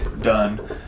done –